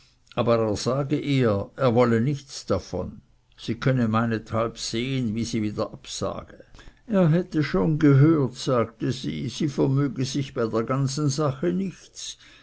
aber er sage ihr er wolle nichts davon sie könne seinethalb sehen wie sie wieder absage er hätte schon gehört sagte sie sie vermöge sich bei der ganzen sache nichts